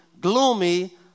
gloomy